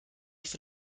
für